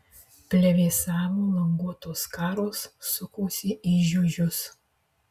plevėsavo languotos skaros sukosi į žiužius